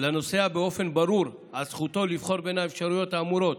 לנוסע באופן ברור על זכותו לבחור בין האפשרויות האמורות